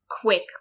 Quick